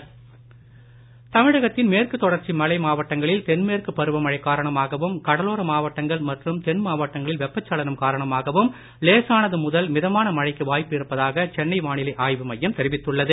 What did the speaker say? வானிலை தமிழகத்தின் மேற்கு தொடர்ச்சி மலை மாவட்டங்களில் தென்மேற்கு பருவமழை காரணமாகவும் கடலோர மாவட்டங்கள் மற்றும் தென்மாவட்டங்களில் வெப்பச் சலனம் காரணமாகவும் லேசானது முதல் மிதமான மழைக்கு வாய்ப்பு இருப்பதாக சென்னை வானிலை ஆய்வு மையம் தெரிவித்துள்ளது